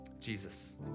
Jesus